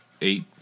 Eight